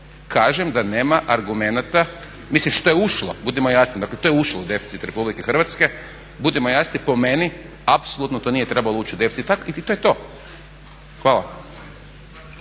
kažem da nema argumenata, mislim što je ušlo, budimo jasni dakle to je ušlo u deficit RH, budimo jasni po meni apsolutno to nije trebalo uči u deficit i to je to. Hvala.